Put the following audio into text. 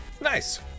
Nice